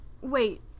Wait